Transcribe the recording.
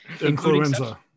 Influenza